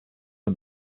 for